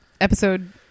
episode